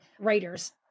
writers